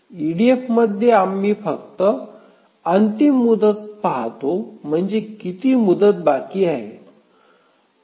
ईडीएफमध्ये आम्ही फक्त अंतिम मुदत पाहतो म्हणजे किती मुदती बाकी आहे